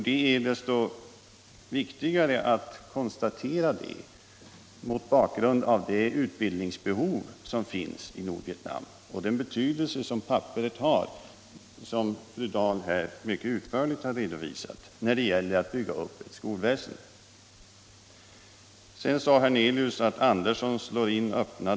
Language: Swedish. Det är så mycket viktigare att konstatera detta mot bakgrund av det utbildningsbehov som finns i Nordvietnam — och som fru Dahl här mycket utförligt har redovisat — och den betydelse som papperet har när det gäller att bygga upp skolväsendet.